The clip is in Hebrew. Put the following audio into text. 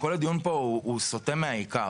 כל הדיון פה הוא סוטה מהעיקר.